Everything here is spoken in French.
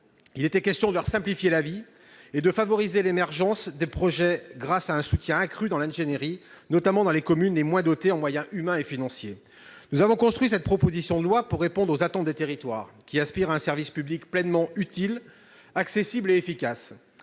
mais de leur simplifier la vie et de favoriser l'émergence de projets, grâce à un soutien accru en matière d'ingénierie, notamment dans les communes les moins dotées en moyens humains et financiers. Nous avons construit cette proposition de loi pour répondre aux attentes des territoires, qui aspirent à un service public pleinement utile, accessible et efficace.